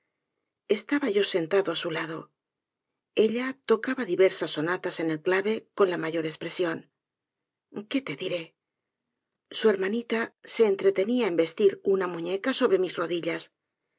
estaba yo sentado á su lado ella tocaba diversas sonatas en el clave con la mayor espresion qué te diré su hermanita se entretenía en vestir una muñeca sobre mis rodillas